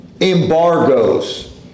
embargoes